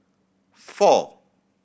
four